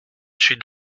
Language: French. suis